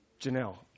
Janelle